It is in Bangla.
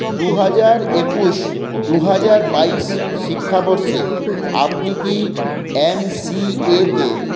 দু হাজার একুশ দু হাজার বাইশ শিক্ষাবর্ষে আপনি কি এম সি এতে